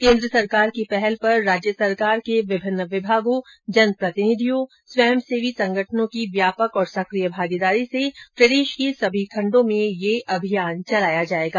केन्द्र सरकार की पहल पर राज्य सरकार के विभिन्न विभागों जन प्रतिनिधियों स्वंयसेवी संगठनों की व्यापक और सक्रिय भागीदारी से प्रदेश के सभी खण्डों में ये अभियान चलाया जायेगा